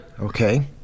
Okay